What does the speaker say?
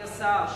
אדוני השר,